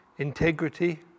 integrity